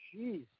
Jeez